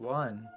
one